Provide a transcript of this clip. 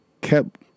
kept